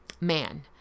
Man